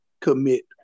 commit